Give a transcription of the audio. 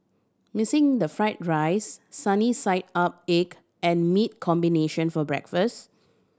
missing the fried rice sunny side up egg and meat combination for breakfast